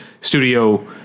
studio